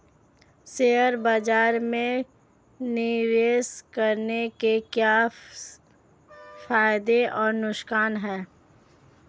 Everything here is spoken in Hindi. शेयर बाज़ार में निवेश करने के क्या फायदे और नुकसान हैं?